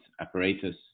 apparatus